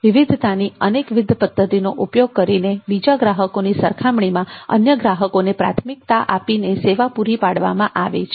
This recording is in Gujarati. વિવિધતાની અનેકવિધ પદ્ધતિનો ઉપયોગ કરીને બીજા ગ્રાહકોની સરખામણીમાં અન્ય ગ્રાહકોને પ્રાથમિકતા આપીને સેવા પૂરી પાડવામાં આવે છે